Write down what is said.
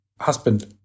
husband